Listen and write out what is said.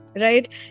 right